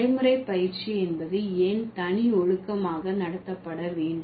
நடைமுறை பயிற்சி என்பது ஏன் தனி ஒழுக்கமாக நடத்தப்பட வேண்டும்